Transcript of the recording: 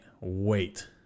wait